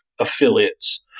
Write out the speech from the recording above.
affiliates